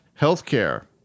Healthcare